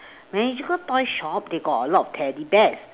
magical toyshop they got a lot of teddy bears